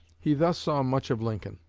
he thus saw much of lincoln,